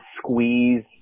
squeeze